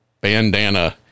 bandana